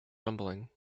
rumbling